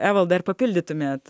evaldai ar papildytumėt